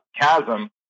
chasm